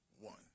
one